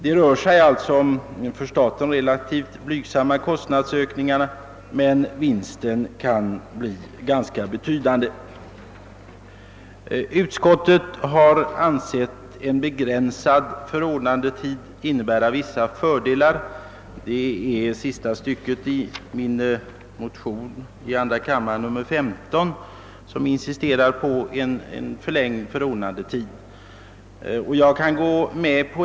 Det rör sig om för staten relativt blygsam ma kostnadsökningar, men vinsten kan bli mycket betydande. I sista stycket av min motion II: 15 insisteras på en förlängd förordnandetid för handelssekreterarna, men utskottet har ansett en begränsad förordnandetid innebära vissa fördelar.